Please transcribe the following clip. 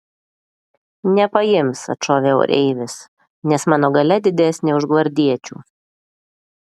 nepaims atšovė oreivis nes mano galia didesnė už gvardiečių